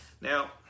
Now